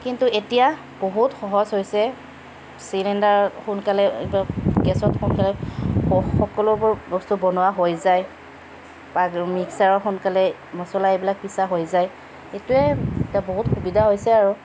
কিন্তু এতিয়া বহুত সহজ হৈছে চিলিণ্ডাৰত সোনকালে এইটো গেছত সোনকালে সকলোবোৰ বস্তু বনোৱা হৈ যায় মিক্সাৰত সোনকালে মছলা এইবিলাক পিছা হৈ যায় সেইটোৱে এতিয়া বহুত সুবিধা হৈছে আৰু